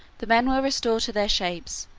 the men were restored to their shapes,